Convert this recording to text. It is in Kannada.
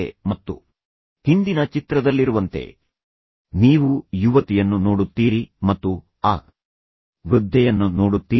ಈ ವ್ಯಕ್ತಿಯನ್ನು ಇಲ್ಲಿ ಮರೆಮಾಡಲಾಗಿದೆ ಮತ್ತು ಹಿಂದಿನ ಚಿತ್ರದಲ್ಲಿರುವಂತೆ ನೀವು ಯುವತಿಯನ್ನು ನೋಡುತ್ತೀರಿ ಮತ್ತು ಆ ವೃದ್ಧೆಯನ್ನು ನೋಡುತ್ತೀರಿ